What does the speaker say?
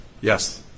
Yes